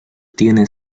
tiene